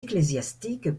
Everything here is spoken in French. ecclésiastiques